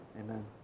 amen